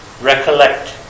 Recollect